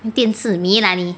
电子迷啦你